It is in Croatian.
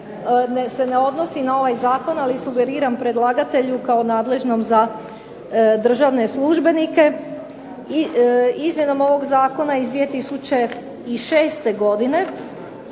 se ne odnosi na ovaj zakon, ali sugeriram predlagatelju kao nadležnom za državne službenike. Izmjenom ovog zakona iz 2006. godine,